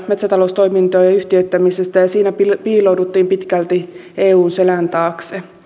metsätaloustoimintojen yhtiöittämisestä ja siinä piilouduttiin pitkälti eun selän taakse